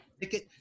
ticket